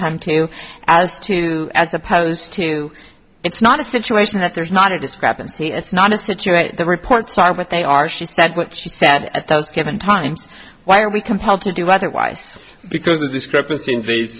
come to you as to as opposed to it's not a situation that there's not a discrepancy it's not just the reports are but they are she said what she said at those given times why are we compelled to do otherwise because the discrepancy in